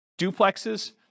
duplexes